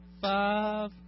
five